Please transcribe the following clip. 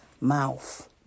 mouth